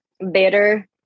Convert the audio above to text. better